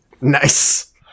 Nice